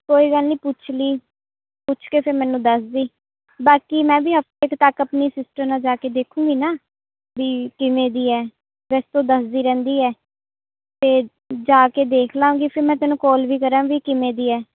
ਕੋਈ ਗੱਲ ਨਹੀਂ ਪੁੱਛ ਲੀਂ ਪੁੱਛ ਕੇ ਫਿਰ ਮੈਨੂੰ ਦੱਸ ਦੀਂ ਬਾਕੀ ਮੈਂ ਵੀ ਹਫਤੇ ਕੁ ਤੱਕ ਆਪਣੀ ਸਿਸਟਰ ਨਾਲ ਜਾ ਕੇ ਦੇਖੂੰਗੀ ਨਾ ਵੀ ਕਿਵੇਂ ਦੀ ਹੈ ਵੈਸੇ ਤਾਂ ਉਹ ਦੱਸਦੀ ਰਹਿੰਦੀ ਹੈ ਅਤੇ ਜਾ ਕੇ ਦੇਖ ਲਵਾਂਗੀ ਫਿਰ ਮੈਂ ਤੈਨੂੰ ਕੋਲ ਵੀ ਕਰਾਂਗੀ ਵੀ ਕਿਵੇਂ ਦੀ ਹੈ